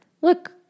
Look